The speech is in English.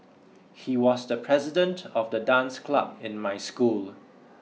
he was the president of the dance club in my school